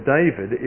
David